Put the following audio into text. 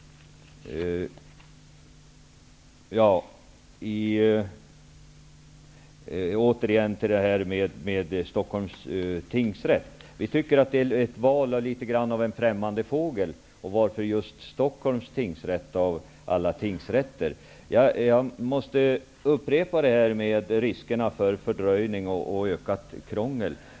Åter till frågan om Stockholms tingsrätt. Vi tycker att det är litet av ett val av en främmande fågel. Varför just Stockholms tingsrätt av alla tingsrätter? Jag måste upprepa riskerna för fördröjning och ökat krångel.